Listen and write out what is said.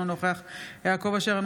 אינו נוכח יעקב אשר,